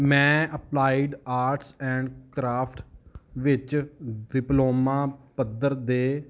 ਮੈਂ applied arts and craft ਵਿੱਚ diploma ਪੱਧਰ ਦੇ